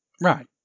right